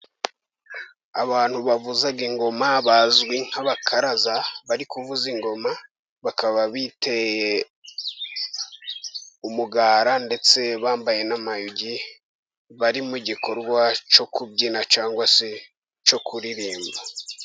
Abantu bavuza ingoma bazwi nk'abakaraza bari kuvuza ingoma bakaba biteye umugara ndetse bambaye n'amayogi bari mu gikorwa cyo kubyina cyangwa se cyo kuririmba.